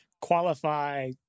qualify